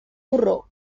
borró